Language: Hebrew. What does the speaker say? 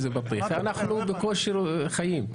אנחנו בקושי חיים.